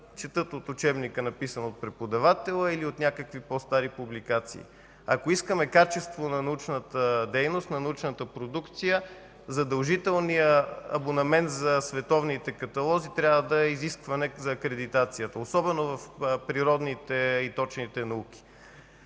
четат от учебника, написан от преподавателя или от някакви по-стари публикации. Ако искаме качество на научната дейност, на научната продукция, задължителният абонамент за световните каталози трябва да е изискване за акредитация, особено при природните и точните науки.